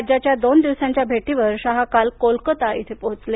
राज्याच्या दोन दिवसांच्या भेटीवर शहा काल कोलकाता इथं पोहोचले